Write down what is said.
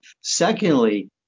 Secondly